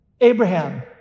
Abraham